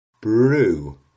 brew